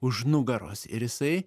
už nugaros ir jisai